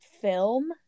film